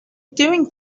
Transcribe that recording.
doing